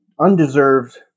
undeserved